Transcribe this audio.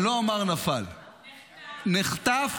לא אומר "נפל" נחטף,